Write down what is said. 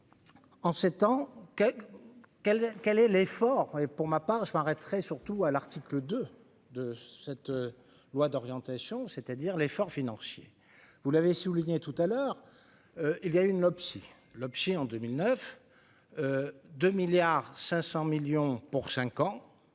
ans quel quel quel est l'effort pour ma part, je m'arrêterai, surtout à l'article 2 de cette loi d'orientation, c'est-à-dire l'effort financier, vous l'avez souligné tout à l'heure, il y a une OPCI l'objet en 2009 2 milliards 500